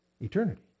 eternity